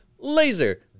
laser